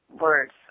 words